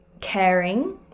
caring